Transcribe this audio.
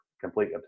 complete